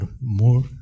more